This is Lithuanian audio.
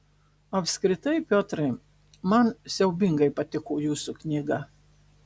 apskritai piotrai man siaubingai patiko jūsų knyga